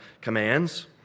commands